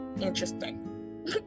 interesting